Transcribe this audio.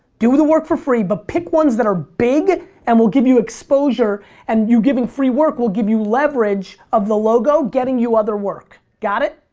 do the work for free but pick ones that are big and will give you exposure and you giving free work will give you leverage of the logo getting you other work. got it?